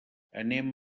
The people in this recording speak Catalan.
anem